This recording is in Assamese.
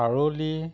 খাৰলি